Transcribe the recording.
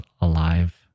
alive